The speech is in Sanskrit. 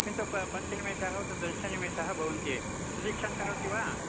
किन्तु प पञ्चनिमेषाः उत दशनिमेषाः भवन्ति प्रतिक्षां करोति वा